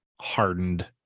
hardened